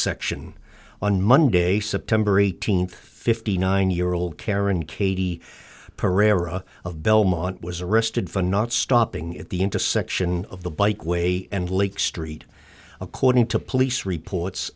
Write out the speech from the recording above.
section on monday september eighteenth fifty nine year old karen katie pereira of belmont was arrested for not stopping at the intersection of the bike way and lake street according to police reports